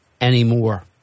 anymore